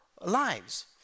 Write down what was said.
lives